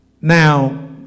Now